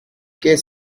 qu’est